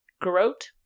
Grote